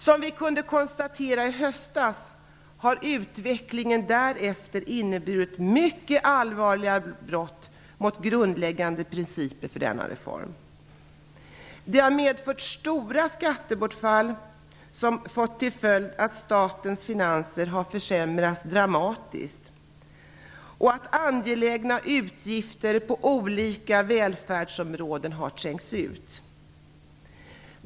Som vi kunde konstatera i höstas har utvecklingen därefter inneburit mycket allvarliga brott mot grundläggande principer för denna reform. Det har medfört stora skattebortfall som fått till följd att statens finanser har försämrats dramatiskt och att angelägna utgifter på olika välfärdsområden har trängts ut.